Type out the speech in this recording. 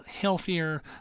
healthier